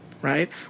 Right